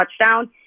touchdown